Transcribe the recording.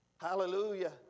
Hallelujah